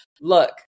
look